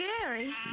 scary